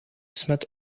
smet